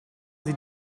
sie